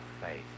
faith